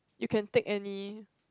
you can take any